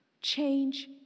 Change